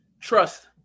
trust